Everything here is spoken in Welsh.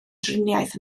driniaeth